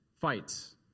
fights